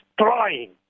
trying